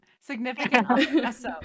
Significant